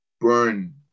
burn